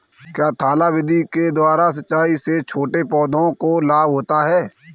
क्या थाला विधि के द्वारा सिंचाई से छोटे पौधों को लाभ होता है?